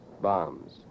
Bombs